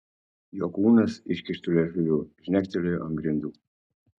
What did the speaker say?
jo kūnas iškištu liežuviu žnektelėjo ant grindų